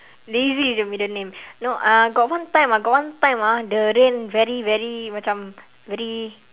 lazy is your middle name no uh got one time ah got one time ah the rain very very macam very